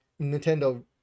nintendo